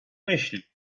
myśli